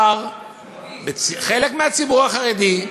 חלק מהציבור החרדי,